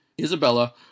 Isabella